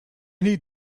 need